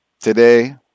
today